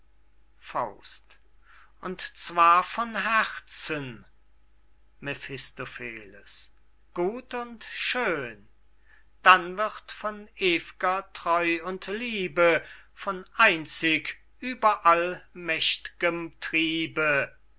schwören und zwar von herzen mephistopheles gut und schön dann wird von ewiger treu und liebe von einzig überallmächt'gem triebe